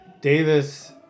Davis